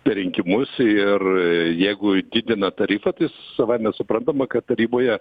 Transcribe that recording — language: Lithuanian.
per rinkimus ir jeigu didina tarifą tai savaime suprantama kad taryboje